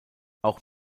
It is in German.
auch